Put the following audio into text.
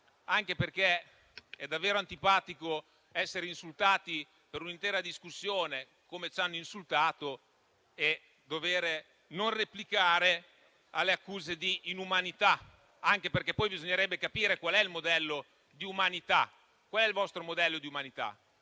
Comunque è davvero antipatico essere insultati per un'intera discussione come è accaduto e non dover replicare alle accuse di inumanità, anche perché poi bisognerebbe capire qual è il vostro modello di umanità.